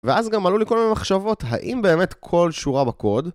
ואז גם עלו לי כל מיני מחשבות האם באמת כל שורה בקוד